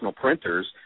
printers